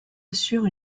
assure